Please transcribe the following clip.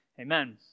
Amen